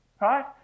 right